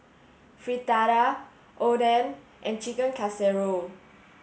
Fritada Oden and Chicken Casserole